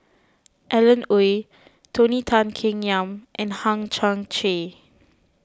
Alan Oei Tony Tan Keng Yam and Hang Chang Chieh